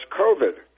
COVID